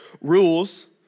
rules